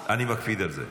אני מקפיד על זה.